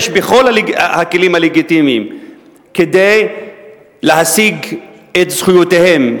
בכל הכלים הלגיטימיים כדי להשיג את זכויותיהם,